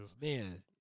Man